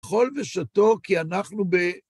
אכול ושתו, כי אנחנו ב...